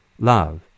love